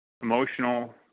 Emotional